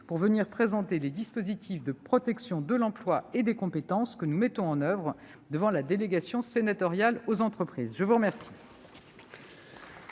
pour venir présenter les dispositifs de protection de l'emploi et des compétences que nous mettons en oeuvre devant la délégation sénatoriale aux entreprises. La discussion